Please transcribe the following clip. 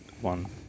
one